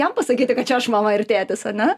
jam pasakyti kad čia aš mama ir tėtis ane